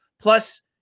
Plus